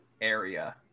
area